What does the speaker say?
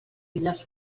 illes